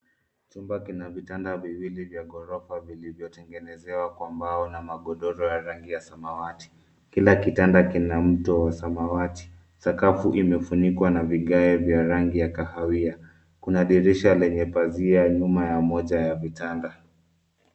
Chumba kina vitanda viwili vya ghorofa vilivyotengenezewa kwa mbao na magodoro ya rangi ya samawati. Kila kitanda kina mto wa samawati. Sakafu imefunikwa na vigae vya rangi ya kahawia. Kuna dirisha lenye pazia nyuma ya moja ya vitanda.